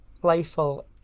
playful